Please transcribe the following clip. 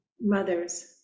mothers